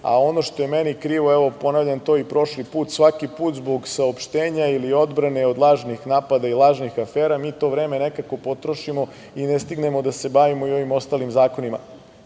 što je meni krivo, evo, ponavljam to i prošli put, svaki put zbog saopštenja ili odbrane od lažnih napada i lažnih afera, mi to vreme nekako potrošimo i ne stignemo da se bavimo i ovim ostalim zakonima. To